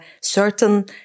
certain